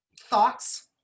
thoughts